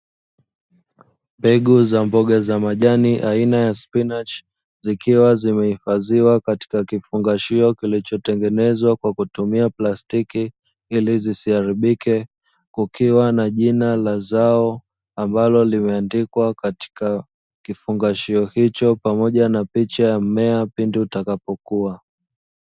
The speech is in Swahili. Mbegu za mboga za majani aina ya spinachi, zikiwa zimeifadhiwa katika kifungashio kilichotengenezwa kwa kutumia plastiki ili zisiharibike, kukiwa na jina la zao ambalo limeandikwa katika kifungashio hicho pamoja na picha ya mmea pindi utakapokua.